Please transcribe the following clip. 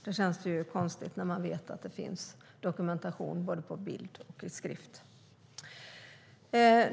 Det känns konstigt när man vet att det finns dokumentation i både bild och skrift.